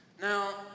Now